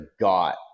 got